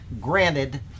granted